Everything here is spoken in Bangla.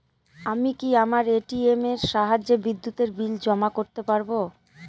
আমি কি আমার এ.টি.এম এর সাহায্যে বিদ্যুতের বিল জমা করতে পারব?